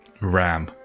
RAM